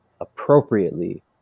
appropriately